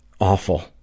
awful